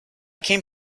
came